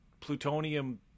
plutonium